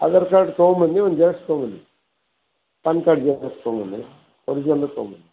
Aadhaar card ತಗೊಂಬನ್ನಿ ಒಂದು xerox ತಗೊಂಬನ್ನಿ ಪ್ಯಾನ್ ಕಾರ್ಡ್ ಜೆರಾಕ್ಸ್ ತಗೊಂಬನ್ನಿ ಒರಿಜಿನಲ್ಲು ತಗೊಂಬನ್ನಿ